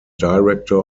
director